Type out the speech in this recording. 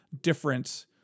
different